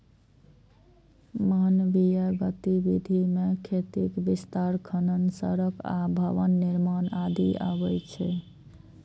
मानवीय गतिविधि मे खेतीक विस्तार, खनन, सड़क आ भवन निर्माण आदि अबै छै